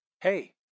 Hey